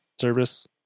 service